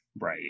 Right